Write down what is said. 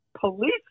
police